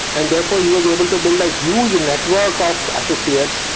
and therefore he was able to build a huge network ah of associates.